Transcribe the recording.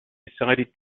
decide